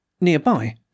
Nearby